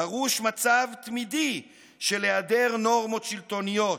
דרוש מצב תמידי של היעדר נורמות שלטוניות.